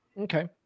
Okay